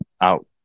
out